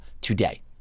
today